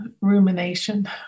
Rumination